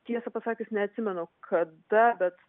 tiesą pasakius neatsimenu kada bet